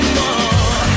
more